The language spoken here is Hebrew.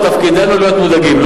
תפקידנו להיות מודאגים.